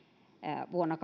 vuonna